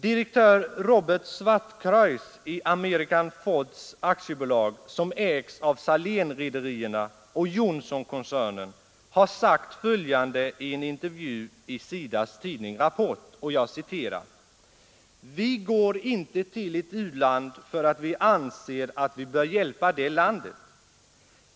Direktör Robert Zwartkruis i American Foods AB, som ägs av Salénrederierna och Johnsonkoncernen, har sagt följande i en intervju i SIDA s tidning Rapport: ”Vi går inte till ett u-land för att vi anser att vi bör hjälpa det landet.